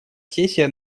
сессия